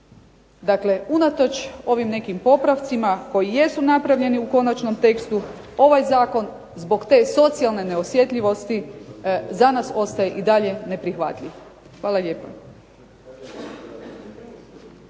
Dakle unatoč ovim nekim popravcima koji jesu napravljeni u konačnom tekstu, ovaj zakon zbog te socijalne neosjetljivosti za nas ostaje i dalje neprihvatljiv. Hvala lijepa.